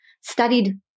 studied